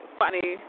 funny